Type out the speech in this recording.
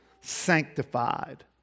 sanctified